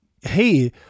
hey